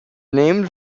named